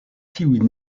tiuj